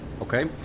Okay